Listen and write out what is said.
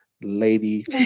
Lady